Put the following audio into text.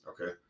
Okay